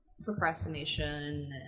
procrastination